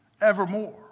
evermore